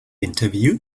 interview